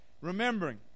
remembering